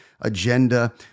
agenda